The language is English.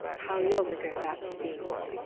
how long ago that seems!